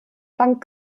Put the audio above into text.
planck